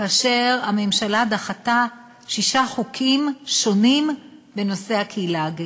כאשר הממשלה דחתה שישה חוקים שונים בנושא הקהילה הגאה.